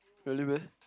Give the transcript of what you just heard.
really meh